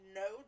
no